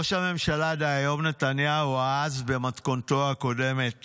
ראש הממשלה דהיום, נתניהו, אז במתכונתו הקודמת